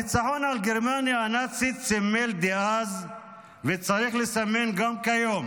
הניצחון על גרמניה הנאצית סימל אז וצריך לסמן גם כיום